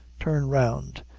turned round.